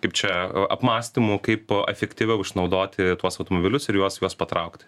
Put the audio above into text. kaip čia apmąstymų kaip efektyviau išnaudoti tuos automobilius ir juos juos patraukti